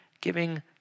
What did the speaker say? giving